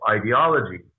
ideology